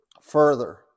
further